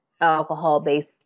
alcohol-based